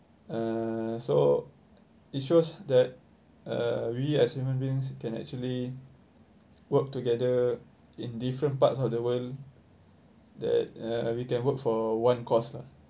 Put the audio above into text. uh so it shows that uh we as human beings can actually work together in different parts of the world that uh we can work for one cause lah